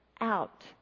out